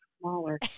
smaller